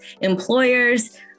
employers